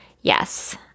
Yes